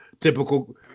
Typical